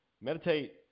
Meditate